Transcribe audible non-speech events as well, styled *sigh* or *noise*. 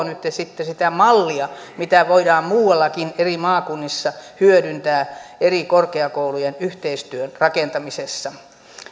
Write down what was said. *unintelligible* nytten sitä mallia mitä voidaan muuallakin eri maakunnissa hyödyntää eri korkeakoulujen yhteistyön rakentamisessa